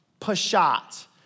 pashat